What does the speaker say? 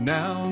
Now